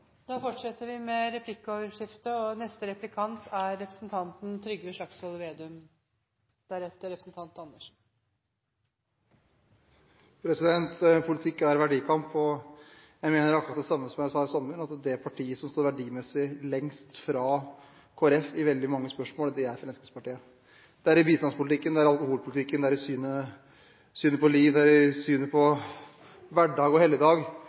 Da har eg all grunn til å tru at me har moglegheit til å vinne saka. Politikk er verdikamp. Jeg mener akkurat det samme som i sommer: Det partiet som verdimessig står lengst fra Kristelig Folkeparti i veldig mange spørsmål, er Fremskrittspartiet – i bistandspolitikken, i alkoholpolitikken, i synet på liv og i synet på hverdag og helligdag.